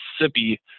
Mississippi